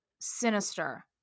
sinister